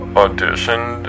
auditioned